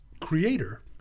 creator